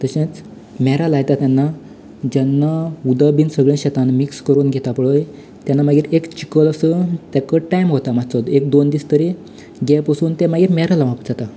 तशेंच मेरां लायतां तेन्ना जेन्ना उदक बीन सगळें शेतांक मिक्स करून घेतां पळय तेन्ना मागीर एक चिक असो ताका टायम वता मातसो एक दोन दिस तरी गेप वसून तें मागीर मेरां लावप ताका